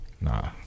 Nah